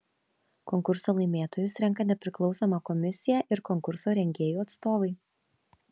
konkurso laimėtojus renka nepriklausoma komisija ir konkurso rengėjų atstovai